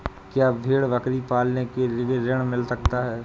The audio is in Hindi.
क्या भेड़ बकरी पालने के लिए ऋण मिल सकता है?